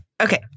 okay